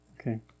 Okay